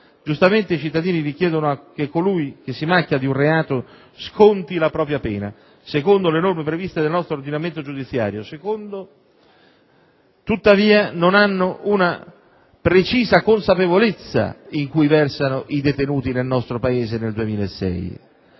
Giustamente i cittadini richiedono che colui che si macchia di un reato sconti la propria pena secondo le norme previste dal nostro ordinamento giudiziario, anche se non hanno una precisa consapevolezza delle condizioni in cui versano i detenuti nel nostro Paese nel 2006.